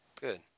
Good